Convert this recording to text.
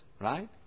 right